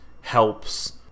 helps